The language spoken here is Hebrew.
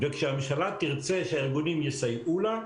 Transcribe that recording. וכשהממשלה תרצה שהארגונים יסייעו לה,